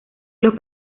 los